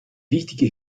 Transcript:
wichtige